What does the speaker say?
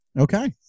Okay